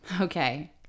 Okay